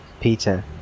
Peter